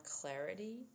clarity